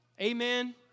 Amen